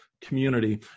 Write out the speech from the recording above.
community